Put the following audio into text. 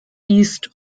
east